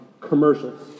commercials